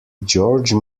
george